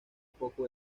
poco